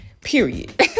period